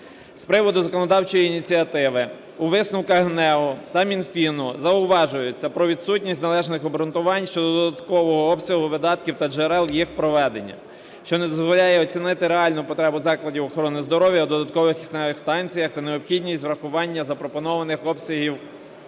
З приводу законодавчої ініціативи у висновках ГНЕУ та Мінфіну зауважується про відсутність належних обґрунтувань щодо додаткового обсягу видатків та джерел їх проведення, що не дозволяє оцінити реальну потребу закладів охорони здоров'я в додаткових кисневих станціях та необхідність врахування запропонованих обсягів